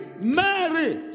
Mary